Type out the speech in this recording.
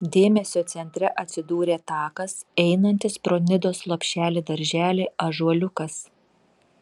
dėmesio centre atsidūrė takas einantis pro nidos lopšelį darželį ąžuoliukas